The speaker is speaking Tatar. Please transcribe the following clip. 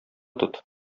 тот